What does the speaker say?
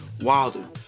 Wilder